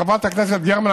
חברת הכנסת גרמן,